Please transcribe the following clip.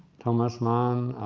thomas mann,